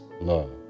love